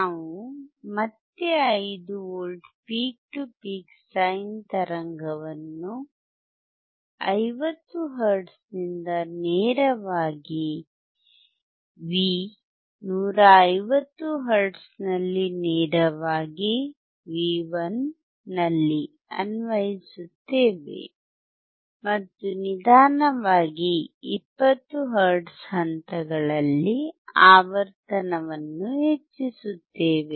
ನಾವು ಮತ್ತೆ 5 V peak to peak sine ತರಂಗವನ್ನು 50 ಹರ್ಟ್ಜ್ನಿಂದ ನೇರವಾಗಿ V 150 ಹರ್ಟ್ಜ್ನಲ್ಲಿ ನೇರವಾಗಿ V 1 ನಲ್ಲಿ ಅನ್ವಯಿಸುತ್ತೇವೆ ಮತ್ತು ನಿಧಾನವಾಗಿ 20 ಹರ್ಟ್ಜ್ ಹಂತಗಳಲ್ಲಿ ಆವರ್ತನವನ್ನು ಹೆಚ್ಚಿಸುತ್ತೇವೆ